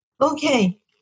Okay